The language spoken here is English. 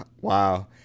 Wow